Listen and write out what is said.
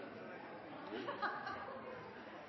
frå